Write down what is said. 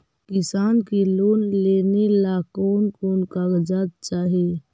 किसान के लोन लेने ला कोन कोन कागजात चाही?